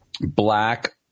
black